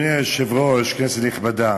אדוני היושב-ראש, כנסת נכבדה,